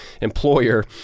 employer